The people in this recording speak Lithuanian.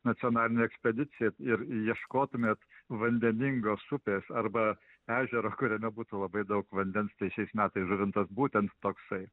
nacionalinė ekspedicija ir ieškotumėt vandeningos upės arba ežero kuriame būtų labai daug vandens tai šiais metais žuvintas būtent toksai